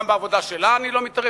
גם בעבודה שלה אני לא מתערב,